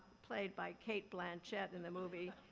played by cate blanchett in the movie,